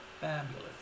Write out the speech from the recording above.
fabulous